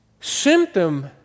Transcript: symptom